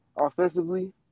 offensively